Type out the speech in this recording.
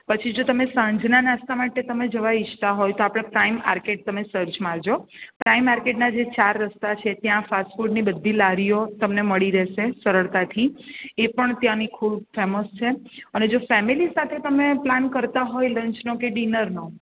પછી જો તમે સાંજના નાસ્તા માટે તમે જવા ઇચ્છતા હોય તો આપણે પ્રાઇમ આર્કેટ તમે સર્ચ મારજો પ્રાઇમ આર્કેટના જે ચાર રસ્તા છે ત્યાં ફાસ્ટ ફૂડની બધી લારીઓ તમને મળી રહેશે સરળતાથી એ પણ ત્યાંની ખૂબ ફેમસ છે અને જો ફેમેલી સાથે તમે પ્લાન કરતાં હોય લંચનો કે ડિનરનો